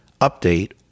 update